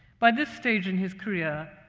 by this stage in his career,